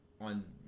on